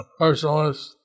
personalist